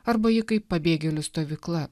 arba ji kaip pabėgėlių stovykla